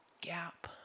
gap